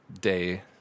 day